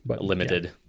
limited